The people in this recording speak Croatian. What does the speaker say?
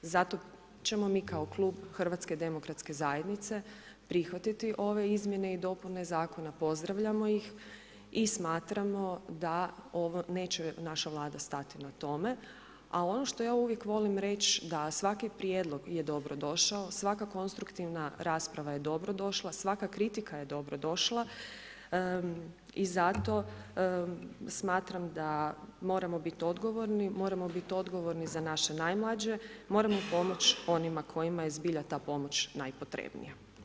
Zato ćemo mi kao klub HDZ-a prihvatiti ove izmjene i dopune zakona, pozdravljamo ih i smatramo da neće naša Vlada stati na tome, a ono što ja uvijek volim reći da svaki prijedlog je dobrodošao, svaka konstruktivna rasprava je dobrodošla, svaka kritika je dobrodošla i zato smatram da moramo biti odgovorni, moramo biti odgovorni za naše najmlađe, moramo pomoć onima kojima je zbilja ta pomoć najpotrebnija.